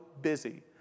busy